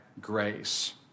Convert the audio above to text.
grace